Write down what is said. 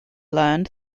learned